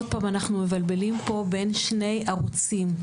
עוד פעם אנחנו מבלבלים פה בין שני ערוצים.